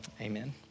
Amen